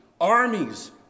armies